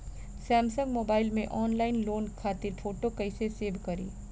Samsung mobile में online loan खातिर photo कैसे सेभ करीं?